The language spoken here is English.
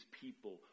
people